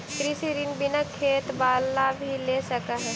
कृषि ऋण बिना खेत बाला भी ले सक है?